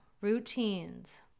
Routines